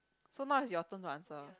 so now it's your turn to answer